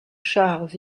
chars